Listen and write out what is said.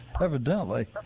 evidently